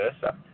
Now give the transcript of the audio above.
versa